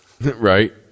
Right